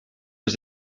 was